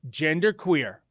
genderqueer